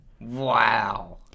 Wow